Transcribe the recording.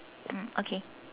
mm okay